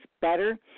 better